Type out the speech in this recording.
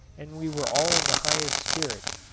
and we were all in the highest spirits,